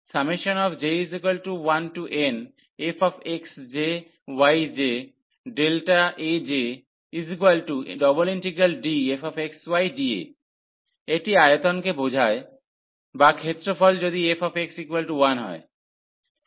n→∞j1nfxjyjΔAj∬DfxydA এটি আয়তনকে বোঝায় বা ক্ষেত্রফল যদি fxy 1 হয়